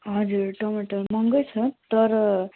हजुर टमाटर महँगै छ तर